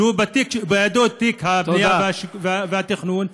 שבידו תיק הבנייה והתכנון,